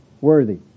worthy